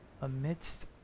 amidst